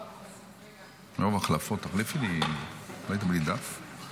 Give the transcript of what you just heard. אף פעם לא הבנתי מה זה קוף אחרי בן אדם,